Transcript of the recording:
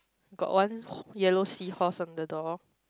got one yellow sea horse on the door